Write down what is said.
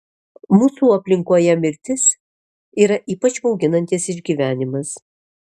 mūsų aplinkoje mirtis yra ypač bauginantis išgyvenimas